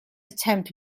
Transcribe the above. attempt